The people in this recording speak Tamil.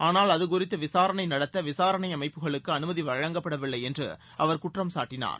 ஆனால் அது குறித்து விசாரணை நடத்த விசாரணை அமைப்புகளுக்கு அனுமதி வழங்கப்படவில்லை என்று அவர் குற்றம் சாட்டினார்